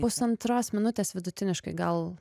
pusantros minutės vidutiniškai gal